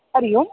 हरिः ओम्